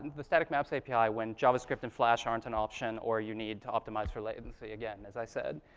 the static maps api, when javascript and flash aren't an option, or you need to optimize for latency again, as i said.